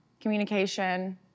communication